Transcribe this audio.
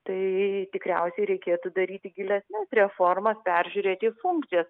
tai tikriausiai reikėtų daryti gilesnes reformas peržiūrėti jų funkcijas